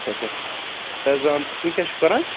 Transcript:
اچھا اچھا فیضان تہٕ تُہۍ کیاہ چھِو کران